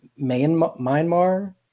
Myanmar